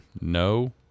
No